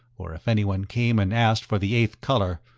or if anyone came and asked for the eighth color,